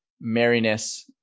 merriness